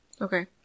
Okay